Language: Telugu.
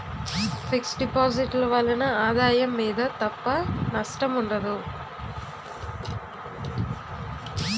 ఫిక్స్ డిపాజిట్ ల వలన ఆదాయం మీద తప్ప నష్టం ఉండదు